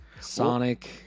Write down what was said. Sonic